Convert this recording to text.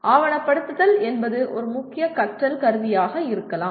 ஆவணப்படுத்தல் என்பது ஒரு முக்கிய கற்றல் கருவியாக இருக்கலாம்